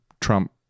Trump